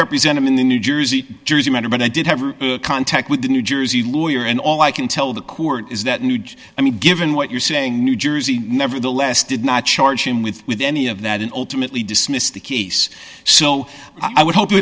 represent him in the new jersey jersey matter but i did have contact with the new jersey lawyer and all i can tell the court is that nude i mean given what you're saying new jersey nevertheless did not charge him with with any of that and ultimately dismissed the case so i would hope